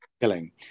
killing